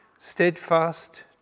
steadfast